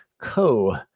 Co